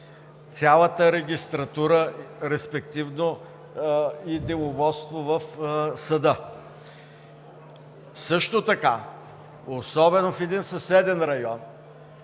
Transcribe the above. цялата регистратура, респективно и деловодство в съда. Също така, особено в един съседен район,